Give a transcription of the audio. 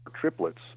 triplets